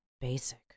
Basic